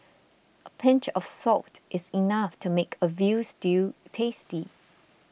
a pinch of salt is enough to make a Veal Stew tasty